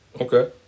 Okay